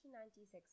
1996